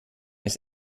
ist